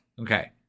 Okay